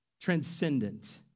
transcendent